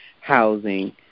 housing